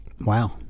wow